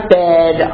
bed